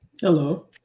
Hello